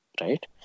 Right